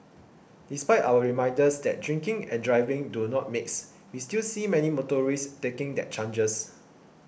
despite our reminders that drinking and driving do not mix we still see many motorists taking their chances